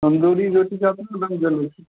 तन्दूरी रोटी चापू चुल्हामे जलय छै